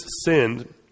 sinned